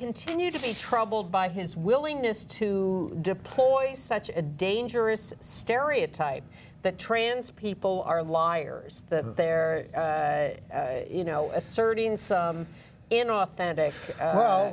continue to be troubled by his willingness to deploy such a dangerous stereotype that trans people are liars that they're you know asserting some inauthentic